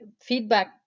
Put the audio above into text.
feedback